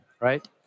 Right